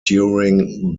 during